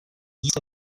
east